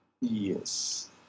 Yes